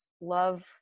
love